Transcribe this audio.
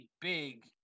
big